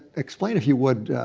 explain, if you would,